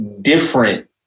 different